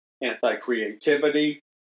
anti-creativity